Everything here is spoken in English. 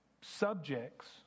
subjects